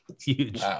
Huge